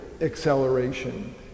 acceleration